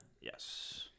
Yes